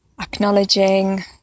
acknowledging